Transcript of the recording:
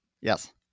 Yes